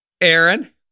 Aaron